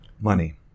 Money